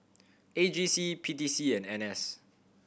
A G C P T C and N S